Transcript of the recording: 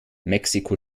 mexiko